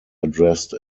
addressed